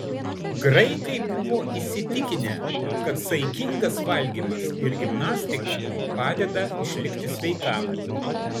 graikai buvo įsitikinę kad saikingas valgymas ir gimnastika padeda išlikti sveikam